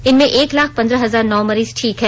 इनमें एक लाख पन्द्रह हजार नौ मरीज ठीक हैं